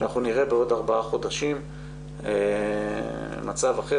שאנחנו נראה בעוד ארבעה חודשים מצב אחר